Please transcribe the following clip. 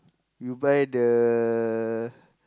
you buy the